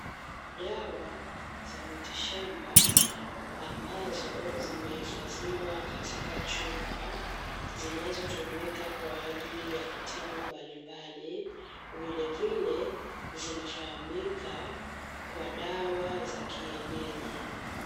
Dawa za miti shamba ambazo zimehifadhiwa katika chupa zinazotumika kwa ajili ya kutibu magonjwa mbalimbali vilevile zinafahamika kama dawa za kienyeji.